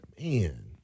Man